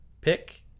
pick